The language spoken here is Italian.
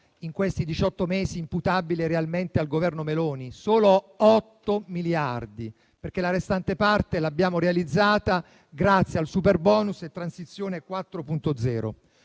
in questi diciotto mesi al Governo Meloni? Solo 8 miliardi, perché la restante parte l'abbiamo realizzata grazie al superbonus e Transizione 4.0.